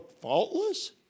faultless